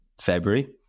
February